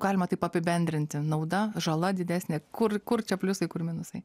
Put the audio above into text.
galima taip apibendrinti nauda žala didesnė kur kur čia pliusai kur minusai